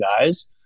guys